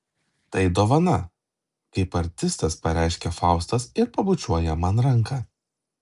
tai dovana kaip artistas pareiškia faustas ir pabučiuoja man ranką